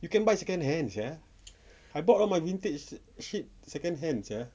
you can buy second hand sia I bought all my vintage shit second hand sia